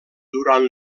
durant